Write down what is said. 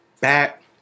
back